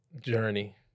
Journey